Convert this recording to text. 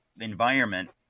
environment